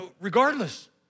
regardless